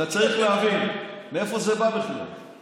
אדוני היושב-ראש, בלי